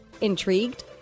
Intrigued